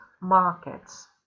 markets